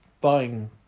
Buying